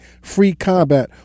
FREECOMBAT